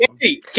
Hey